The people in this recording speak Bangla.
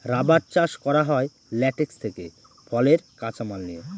রাবার চাষ করা হয় ল্যাটেক্স থেকে ফলের কাঁচা মাল নিয়ে